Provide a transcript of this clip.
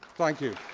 thank you.